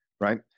right